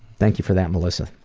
thank you for that, melissa.